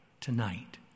tonight